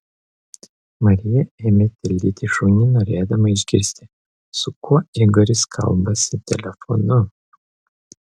marija ėmė tildyti šunį norėdama išgirsti su kuo igoris kalbasi telefonu